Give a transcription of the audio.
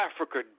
Africa